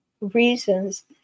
reasons